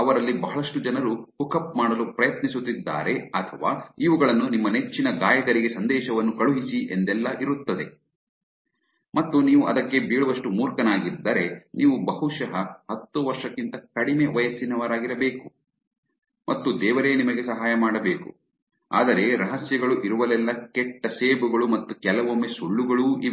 ಅವರಲ್ಲಿ ಬಹಳಷ್ಟು ಜನರು ಹುಕ್ಅಪ್ ಮಾಡಲು ಪ್ರಯತ್ನಿಸುತ್ತಿದ್ದಾರೆ ಅಥವಾ ಇವುಗಳನ್ನು ನಿಮ್ಮ ನೆಚ್ಚಿನ ಗಾಯಕರಿಗೆ ಸಂದೇಶವನ್ನು ಕಳುಹಿಸಿ ಎಂದೆಲ್ಲ ಇರುತ್ತದೆ ಮತ್ತು ನೀವು ಅದಕ್ಕೆ ಬೀಳುವಷ್ಟು ಮೂರ್ಖನಾಗಿದ್ದರೆ ನೀವು ಬಹುಶಃ ಹತ್ತು ವರ್ಷಕ್ಕಿಂತ ಕಡಿಮೆ ವಯಸ್ಸಿನವರಾಗಿರಬೇಕು ಮತ್ತು ದೇವರೇ ನಿಮಗೆ ಸಹಾಯ ಮಾಡಬೇಕು ಆದರೆ ರಹಸ್ಯಗಳು ಇರುವಲ್ಲೆಲ್ಲಾ ಕೆಟ್ಟ ಸೇಬುಗಳು ಮತ್ತು ಕೆಲವೊಮ್ಮೆ ಸುಳ್ಳುಗಳೂ ಇವೆ